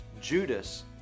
Judas